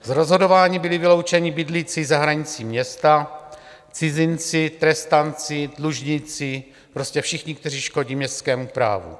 Z rozhodování byli vyloučeni bydlící za hranicí města, cizinci, trestanci, dlužníci, prostě všichni, kteří škodí městskému právu.